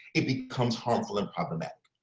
it becomes harmful and problematic.